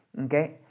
Okay